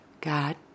God